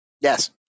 Yes